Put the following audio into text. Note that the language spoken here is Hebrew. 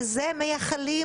לזה הם מייחלים,